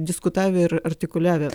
diskutavę ir artikuliavę